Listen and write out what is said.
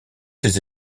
ses